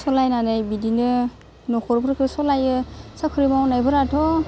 सलायनानै बिदिनो न'खरफोरखौ सलायो साख्रि मावनायफोराथ'